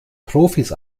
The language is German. profis